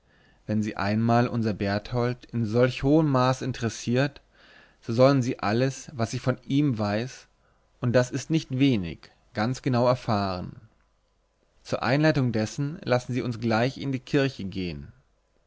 wenn sie einmal unser berthold in solch hohem grade interessiert so sollen sie alles was ich von ihm weiß und das ist nicht wenig ganz genau erfahren zur einleitung dessen lassen sie uns gleich in die kirche gehen